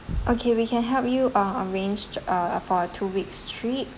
okay we can help you uh arrange uh for a two weeks trip